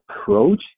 approach